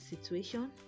situation